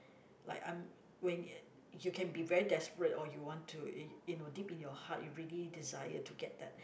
like I'm when y~ you can be very desperate or you want to y~ you know deep in your heart you really desire to get that